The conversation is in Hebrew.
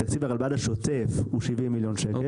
תקציב הרלב"ד השוטף הוא 70 מיליון שקל.